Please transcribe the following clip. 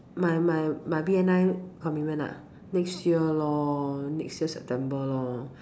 my my my B_N_I commitment ah next year lor next year September lor